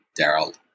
Daryl